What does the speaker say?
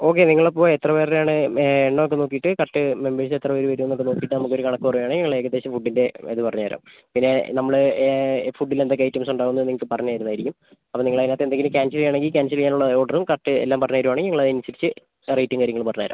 okay നിങ്ങളപ്പോൾ എത്രപേരുടെയാണ് എണ്ണമൊക്കെ നോക്കീട്ട് കറക്റ്റ് മെമ്പേഴ്സ് എത്രപേരുവരുമെന്നുള്ളത് നോക്കീട്ട് നമുക്കൊരു കണക്കുപറയാണെങ്കിൽ ഞങ്ങൾ ഏകദേശം ഫുഡിൻ്റെ ഇത് പറഞ്ഞുതരാം പിന്നെ നമ്മൾ ഫുഡിലെന്തൊക്കെ ഐറ്റംസ് ഉണ്ടാവുന്നെന്ന് നിങ്ങൾക്ക് പറഞ്ഞു തരുന്നതായിരിക്കും അപ്പോൾ നിങ്ങളതിനകത്ത് എന്തെങ്കിലും ക്യാൻസൽ ചെയ്യണമെങ്കിൽ ക്യാൻസൽ ചെയ്യാനുള്ള ഓർഡറും കറക്റ്റ് എല്ലാം പറഞ്ഞു തരുവാണെങ്കിൽ ഞങ്ങളതിനനുസരിച്ച് റേറ്റും കാര്യങ്ങളും പറഞ്ഞു തരാം